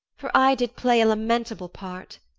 for i did play a lamentable part.